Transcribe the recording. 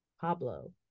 Pablo